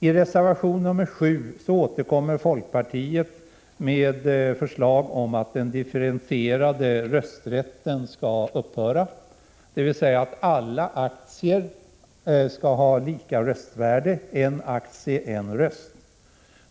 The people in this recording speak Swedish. I reservation 7 återkommer folkpartiet med förslag om att den differentierade rösträtten skall upphöra, dvs. att alla aktier skall ha lika röstvärde — en aktie en röst.